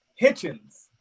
Hitchens